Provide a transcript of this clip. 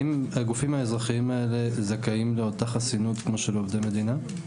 האם הגופים האזרחיים האלה זכאים לאותה חסינות כמו של עובדי מדינה?